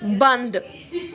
ਬੰਦ